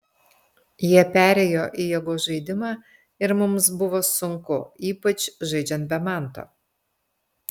jie perėjo į jėgos žaidimą ir mums buvo sunku ypač žaidžiant be manto